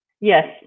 Yes